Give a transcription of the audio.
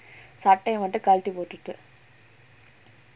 சட்டைய மட்டும் கல்லட்டி போட்டுட்டு:sattaiya mattum kalatti pottuttu